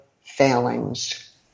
failings